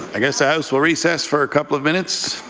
i guess the house will recess for a couple of minutes.